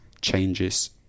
changes